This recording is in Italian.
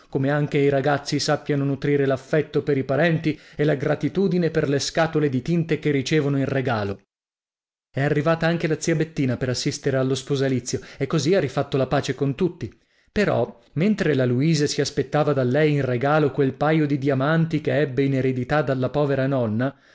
come anche i ragazzi sappiano nutrire l'affetto per i parenti e la gratitudine per le scatole di tinte che ricevono in regalo è arrivata anche la zia bettina per assistere allo sposalizio e così ha rifatto la pace con tutti però mentre la luisa si aspettava da lei in regalo quel paio di diamanti che ebbe in eredità dalla povera nonna